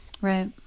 right